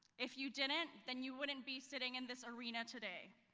if you didn't then you wouldn't be sitting in this arena today.